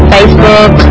Facebook